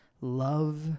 love